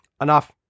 enough